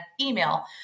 email